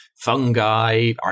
fungi